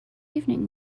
evening